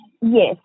Yes